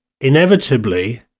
inevitably